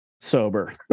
sober